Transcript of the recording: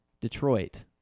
Detroit